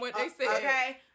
okay